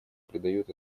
придает